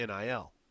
NIL